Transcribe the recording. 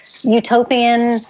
utopian